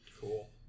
Cool